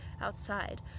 outside